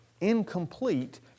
incomplete